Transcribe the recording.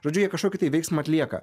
žodžiu jie kažkokį tai veiksmą atlieka